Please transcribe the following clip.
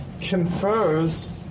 confers